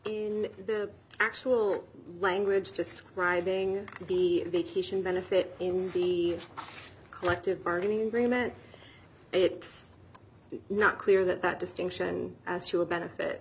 in the actual language describing the vacation benefit in the collective bargaining agreement it's not clear that that distinction as to a benefit